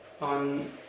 on